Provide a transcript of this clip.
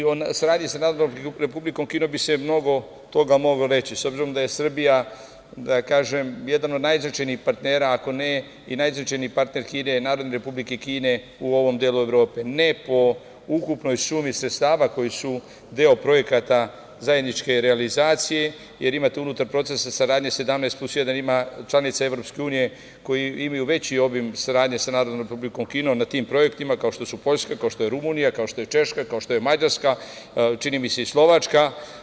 O saradnji sa Narodnom Republikom Kinom bi se mnogo toga moglo reći, s obzirom na to da je Srbija jedan od najznačajnijih partnera, ako ne i najznačajniji partner Narodne Republike Kine u ovom delu Evrope, ne po ukupnoj sumi sredstava koja je deo projekata zajedničke realizacije, jer imate unutar procesa saradnje „17 plus 1“ ima članica Evropske unije koje imaju veći obim saradnje sa Narodnom Republikom Kinom na tim projektima, kao što su Poljska, kao što je Rumunija, kao što je Češka, kao što je Mađarska, čini mi se i Slovačka.